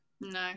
no